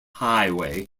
highway